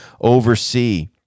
oversee